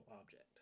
object